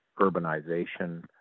urbanization